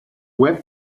web